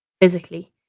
physically